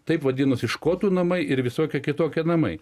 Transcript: taip vadinosi škotų namai ir visokie kitokie namai